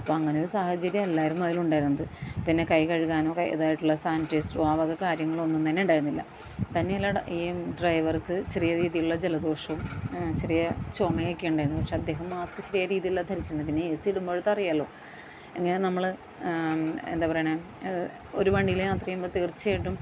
അപ്പം അങ്ങനെ ഒരു സാഹചര്യം അല്ലായിരുന്നു അതിലുണ്ടായിരുന്നത് പിന്നെ കൈ കഴുകാനൊ ഇതായിട്ടുള്ള സാനിട്ടൈസർ ആ വക കാര്യങ്ങളൊന്നും തന്നെ ഉണ്ടായിരുന്നില്ല തന്നെയല്ല ഈ ഡ്രൈവർക്ക് ചെറിയ രീതിയിലുള്ള ജലദോഷവും ചെറിയ ചുമയൊക്കെ ഉണ്ടായിരുന്നു പക്ഷേ അദ്ദേഹം മാസ്ക് ശരിയ രീതിയിലല്ല ധരിച്ചിരുന്നത് പിന്നെ എ സി ഇടുമ്പോഴൊക്കെ അറിയാമല്ലോ അങ്ങനെ നമ്മൾ എന്താണ് പറയുന്നത് ഒരു വണ്ടിയിൽ യാത്ര ചെയ്യുമ്പോൾ തീർച്ചയായിട്ടും